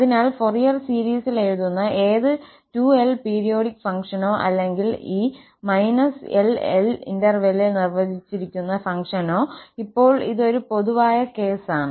അതിനാൽ ഫോറിയർ സീരീസിൽ എഴുതുന്ന ഏത് 2𝑙 പീരിയോഡിക് ഫംഗ്ഷനോ അല്ലെങ്കിൽ ഈ -𝑙 𝑙 ൽ നിർവചിച്ചിരിക്കുന്ന ഫംഗ്ഷനോ ഇപ്പോൾ ഇത് ഒരു പൊതുവായ കേസാണ്